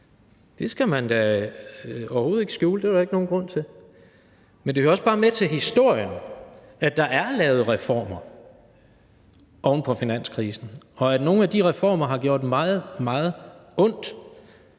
Det skal man da overhovedet ikke skjule. Det er der da ikke nogen grund til. Men det hører også bare med til historien, at der er lavet reformer oven på finanskrisen, og at nogle af de reformer har gjort meget, meget ondt.